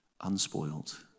unspoiled